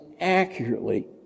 accurately